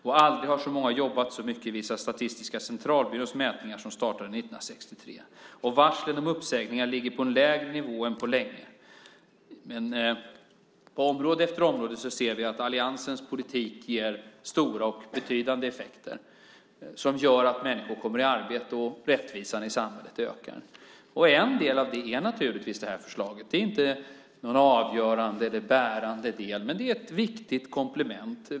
Och aldrig har så många jobbat så mycket, visar Statistiska centralbyråns mätningar som startades 1963. Och varslen om uppsägningar ligger på en lägre nivå än på länge. På område efter område ser vi att alliansens politik ger stora och betydande effekter som gör att människor kommer i arbete och rättvisan i samhället ökar. En del av detta är naturligtvis det här förslaget. Det är inte någon avgörande eller bärande del, men det är ett viktigt komplement.